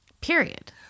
Period